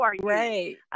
Right